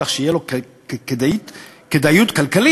כך שתהיה לו כדאיות כלכלית,